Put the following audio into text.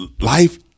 life